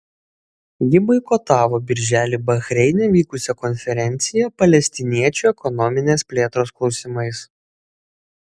ji boikotavo birželį bahreine vykusią konferenciją palestiniečių ekonominės plėtros klausimais